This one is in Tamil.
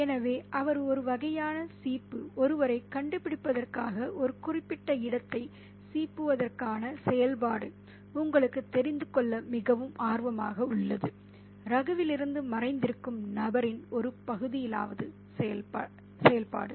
எனவே அவர் ஒரு வகையான சீப்பு ஒருவரைக் கண்டுபிடிப்பதற்காக ஒரு குறிப்பிட்ட இடத்தை சீப்புவதற்கான செயல்பாடு உங்களுக்குத் தெரிந்த கொள்ள மிகவும் ஆர்வமாக உள்ளது ரகுவிலிருந்து மறைந்திருக்கும் நபரின் ஒரு பகுதியிலாவது செயல்பாடு